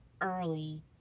early